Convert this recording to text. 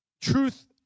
truth